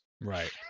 Right